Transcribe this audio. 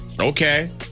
Okay